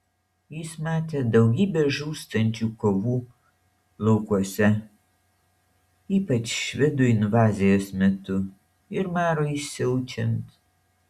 jis matė daugybę žūstančių kovų laukuose ypač švedų invazijos metu ir marui siaučiant